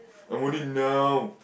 I want it now